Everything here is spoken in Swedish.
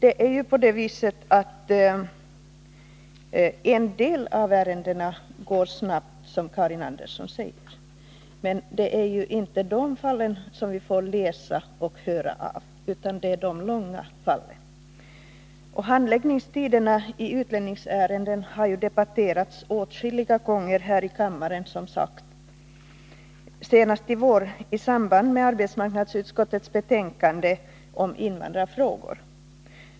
En del ärenden klaras av snabbt, som Karin Andersson säger, men det är inte de fallen vi får läsa och höra om, utan det är de långdragna fallen. Handläggningstiderna i utlänningsärenden har debatterats åtskilliga gånger här i kammaren — senast i år, i samband med arbetsmarknadsutskottets betänkande om invandrarfrågor.